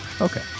Okay